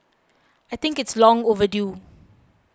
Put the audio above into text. I think it's long overdue